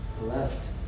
left